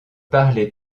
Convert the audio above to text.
parlait